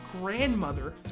grandmother